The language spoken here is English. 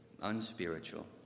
unspiritual